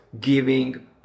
giving